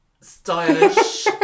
Stylish